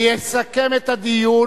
יסכם את הדיון